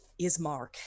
Ismark